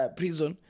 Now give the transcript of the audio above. prison